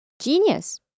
Genius